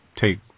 take